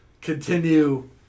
continue